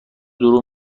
دروغ